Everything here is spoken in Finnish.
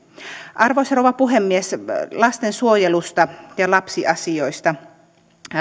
arvoisa rouva puhemies lastensuojelusta ja lapsiasioista